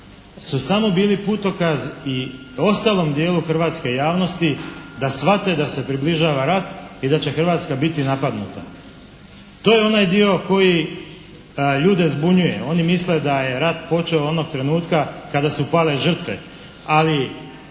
su samo bili putokaz i ostalom dijelu hrvatske javnosti da shvate da se približava rat i da će Hrvatska biti napadnuta. To je onaj dio koji ljude zbunjuje. Oni misle da je rat počeo onog trenutka kada su pale žrtve, ali